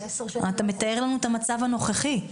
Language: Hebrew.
אתה מתאר לנו את המצב הנוכחי.